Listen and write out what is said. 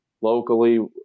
locally